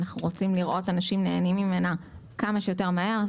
אנחנו רוצים לראות אנשים נהנים ממנה כמה שיותר מהר.